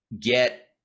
get